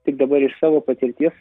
tik dabar iš savo patirties